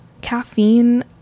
caffeine